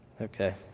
Okay